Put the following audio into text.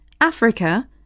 Africa